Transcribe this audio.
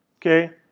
okay?